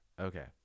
Okay